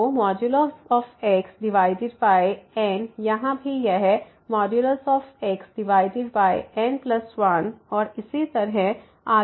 तो xN यहाँ भी यह xN1 और इसी तरह आगे